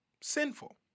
sinful